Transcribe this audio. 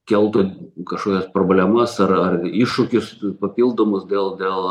keltų kažkokias problemas ar iššūkius papildomus dėl dėl